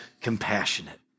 compassionate